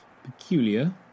Peculiar